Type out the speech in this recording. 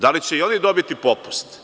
Da li će i oni dobiti popust?